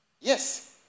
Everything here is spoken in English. Yes